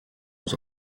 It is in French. aux